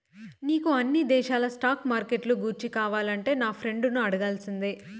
నీకు అన్ని దేశాల స్టాక్ మార్కెట్లు గూర్చి కావాలంటే నా ఫ్రెండును అడగాల్సిందే